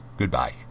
Goodbye